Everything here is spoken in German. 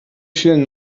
vielen